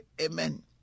Amen